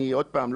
אני עוד פעם,